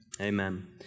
amen